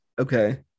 Okay